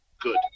good